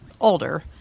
older